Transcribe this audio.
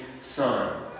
son